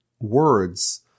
words